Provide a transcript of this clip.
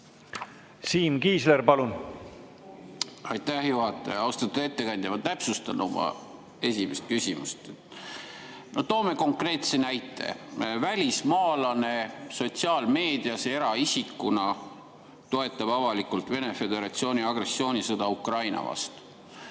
hea õigusloome. Aitäh, juhataja! Austatud ettekandja! Ma täpsustan oma esimest küsimust. Toome konkreetse näite: välismaalane sotsiaalmeedias eraisikuna toetab avalikult Vene Föderatsiooni agressioonisõda Ukraina vastu.